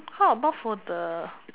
how about for the